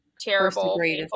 terrible